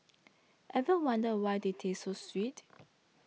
ever wondered why they taste so sweet